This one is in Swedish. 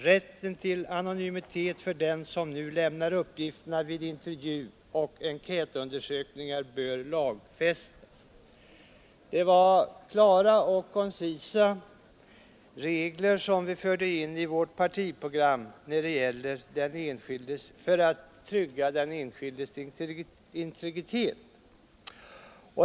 Rätten till anonymitet för den som lämnar uppgifter vid intervjuoch enkätundersökningar bör lagfästas.” Det var klara och koncisa regler som vi förde in i vårt partiprogram för att trygga den enskildes integritet.